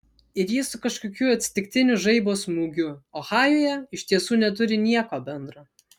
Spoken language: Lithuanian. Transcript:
ir jis su kažkokiu atsitiktiniu žaibo smūgiu ohajuje iš tiesų neturi nieko bendro